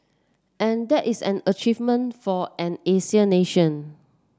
and that is an achievement for an Asian nation